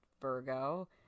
virgo